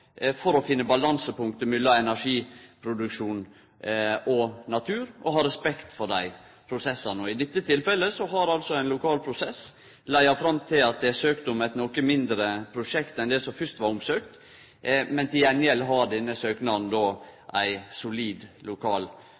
å finne balansepunktet mellom energiproduksjon og natur, og å ha respekt for dei prosessane. I dette tilfellet har altså ein lokal prosess leidd fram til at det er søkt om eit noko mindre prosjekt enn det som det fyrst var søkt om. Til gjengjeld har denne søknaden ei solid lokal